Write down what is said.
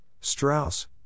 Strauss